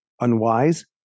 unwise